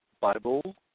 Bible